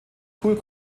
tool